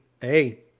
hey